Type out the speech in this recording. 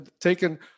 taken